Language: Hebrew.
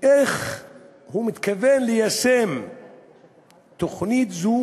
איך הוא מתכוון ליישם תוכנית זו